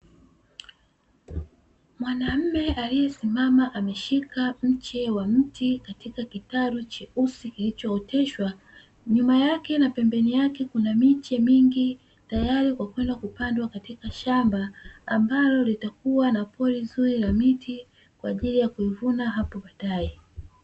Mwanume aliyesimama ameshika mche wa mti katika kitalu cheusi kilichooteshwa, nyuma yake na pembeni yake kuna miche mingi tayari kwa kwenda kupandwa katika shamba ambalo litakuwa na pori zuri la miti kwa ajili ya kuivuna apo baadae.